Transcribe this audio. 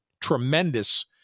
tremendous